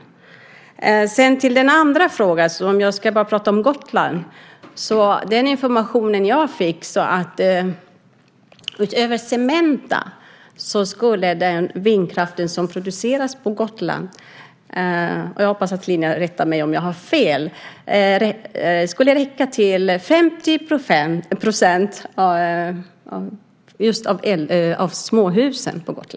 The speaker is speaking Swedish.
Låt mig sedan gå över till den andra frågan. Jag kan bara prata om Gotland, och den information jag fick var att utöver Cementa skulle vindkraft som produceras på Gotland räcka till 50 % av småhusen på Gotland, och jag hoppas Lilian rättar mig om jag har fel.